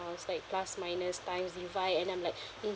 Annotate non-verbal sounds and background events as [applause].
I was like plus minus times divide and then I'm like [breath]